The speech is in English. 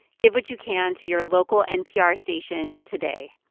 give what you can to your local npr station today.